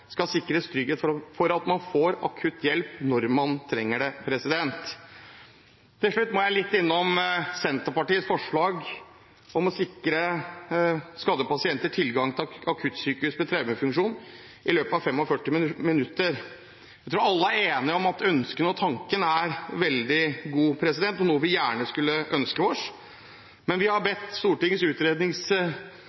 skal sikres trygghet for at de får akutt hjelp når de trenger det. Til slutt må jeg litt innom Senterpartiets forslag om å sikre skadde pasienter tilgang til akuttsykehus med traumefunksjon i løpet av 45 minutter. Jeg tror alle er enige om at ønsket er godt, at tanken er veldig god, og at det er noe vi gjerne skulle ønske oss. Men vi har